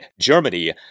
Germany